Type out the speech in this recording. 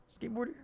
skateboarder